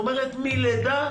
כלומר מלידה